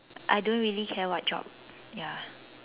I don't really care what job ya